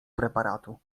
preparatu